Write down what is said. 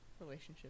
relationship